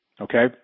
okay